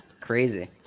crazy